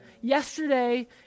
Yesterday